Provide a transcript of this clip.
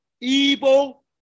evil